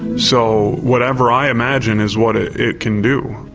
so whatever i imagine is what ah it can do,